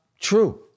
true